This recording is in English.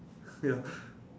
ya